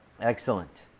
Excellent